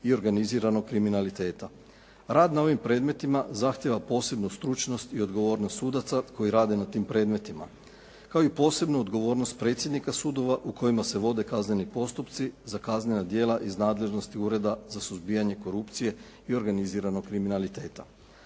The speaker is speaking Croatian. i organiziranog kriminaliteta. Rad na ovim predmetima zahtjeva posebnu stručnost i odgovornost sudaca koji rade na tim predmetima, kao i posebnu odgovornost predsjednika sudova u kojima se vode kazneni postupci za kaznena djela iz nadležnosti Ureda za suzbijanje korupcije i organiziranog kriminaliteta.